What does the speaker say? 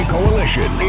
Coalition